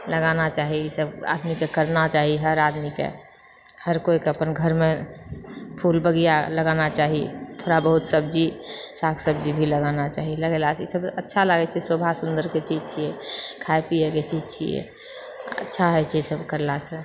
लगाना चाही इसब आदमीके करना चाही हर आदमीके हर कोइके अपन घरमे फूल बगिया लगाना चाही थोड़ा बहुत सब्जी शाक सब्जी भी लगाना चाही लगेलासे इसब अच्छा लागैछे शोभा सुन्दरके चीज छिए खाए पिएके चीज छिए अच्छा होइछेै ई सब करलासँ